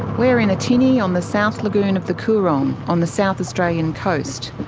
we're in a tinny on the south lagoon of the coorong, on the south australian coast,